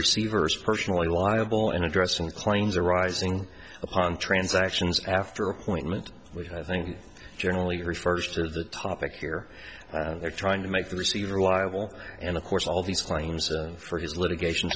receivers personally liable in addressing claims arising upon transactions after appointment which i think generally refers to the topic here they're trying to make the receiver liable and of course all these claims for his litigation